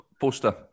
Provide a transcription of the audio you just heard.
poster